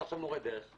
אתה עכשיו מורה דרך.